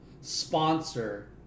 sponsor